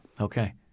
Okay